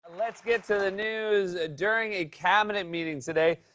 let's get to the news. during a cabinet meeting today,